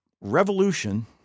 Revolution